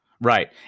Right